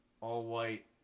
all-white